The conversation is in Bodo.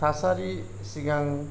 थासारि सिगां